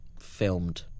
filmed